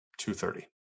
230